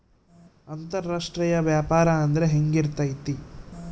ಅಂತರಾಷ್ಟ್ರೇಯ ವ್ಯಾಪಾರ ಅಂದ್ರೆ ಹೆಂಗಿರ್ತೈತಿ?